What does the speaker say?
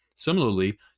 Similarly